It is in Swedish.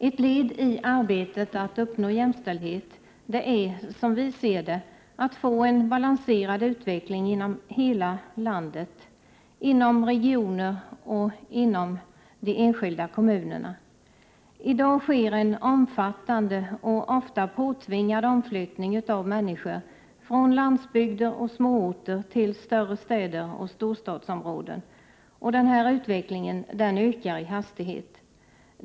Ett led i arbetet att uppnå jämställdhet är — som vi ser det — att få en balanserad utveckling inom hela landet, inom olika regioner och inom de enskilda kommunerna. I dag sker en omfattande och ofta påtvingad omflyttning av människor från landsbygd och småorter till större städer och storstadsområden, och den utvecklingen ökar i hastighet.